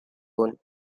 wound